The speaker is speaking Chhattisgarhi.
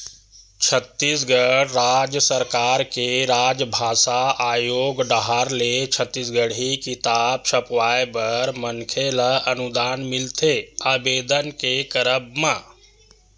छत्तीसगढ़ राज सरकार के राजभासा आयोग डाहर ले छत्तीसगढ़ी किताब छपवाय बर मनखे ल अनुदान मिलथे आबेदन के करब म